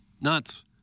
Nuts